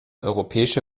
europäische